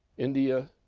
india,